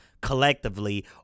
collectively